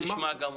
נשמע גם אותם.